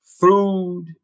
food